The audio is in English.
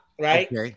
right